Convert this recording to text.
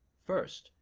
first,